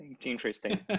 Interesting